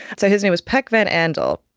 so his name was pek van andel,